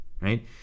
right